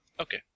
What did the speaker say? okay